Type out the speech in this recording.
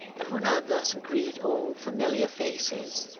and when i thus greet old familiar faces,